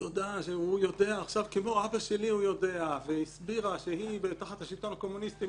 תודה שהוא יודע עכשיו כמו אבא שלי והסבירה שהיא תחת השלטון הקומוניסטי,